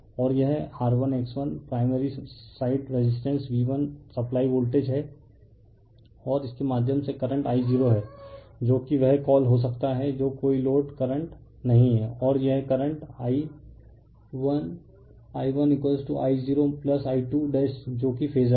और यह R1X1 primary side resistance V1 supply voltage है और इसके माध्यम से करंट I0 है जो कि वह कॉल हो सकता है जो कोई लोड करंट नहीं है और यह करंट I1I1I0I2 जो कि फेजर है